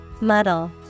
Muddle